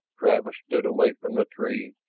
travis stood away from the tree,